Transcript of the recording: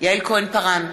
יעל כהן-פארן,